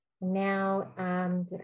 Now